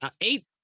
eight